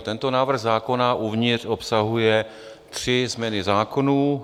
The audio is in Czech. Tento návrh zákona uvnitř obsahuje tři změny zákonů.